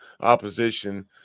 opposition